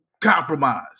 compromise